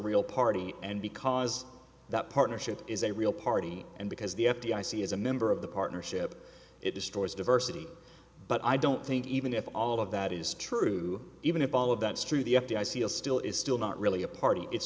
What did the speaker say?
real party and because that partnership is a real party and because the f d i c is a member of the partnership it destroys diversity but i don't think even if all of that is true even if all of that's true the f b i seal still is still not really a party it's